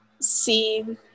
see